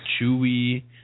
chewy